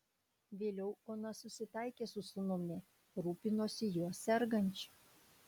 vėliau ona susitaikė su sūnumi rūpinosi juo sergančiu